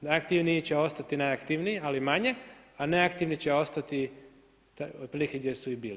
Najaktivniji će ostati najaktivniji, ali manje, a neaktivni će ostati otprilike gdje su i bili.